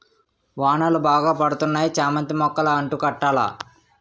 వానలు బాగా పడతన్నాయి చామంతి మొక్కలు అంటు కట్టాల